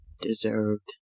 deserved